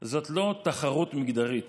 זאת לא תחרות מגדרית,